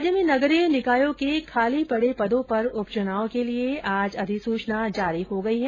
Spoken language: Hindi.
राज्य में नगरीय निकायों के खाली पडे पदों पर उपचुनाव के लिए आज अधिसूचना जारी हो गई है